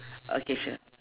okay sure